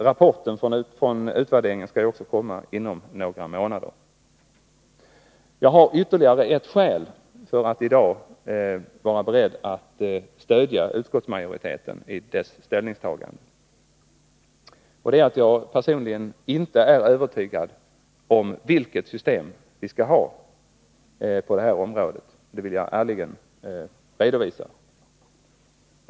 Rapporten från utvärderingen skall också komma inom några månader. Jag har ytterligare ett skäl för att i dag vara beredd att stödja utskottsmajoriteten i dess ställningstagande. Det är att jag personligen inte är övertygad om vilket system vi skall ha på det här området. Det vill jag ärligen redovisa.